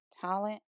talent